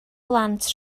blant